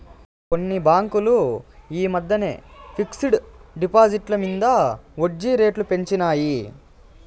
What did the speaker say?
కొన్ని బాంకులు ఈ మద్దెన ఫిక్స్ డ్ డిపాజిట్ల మింద ఒడ్జీ రేట్లు పెంచినాయి